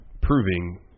proving